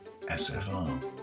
sfr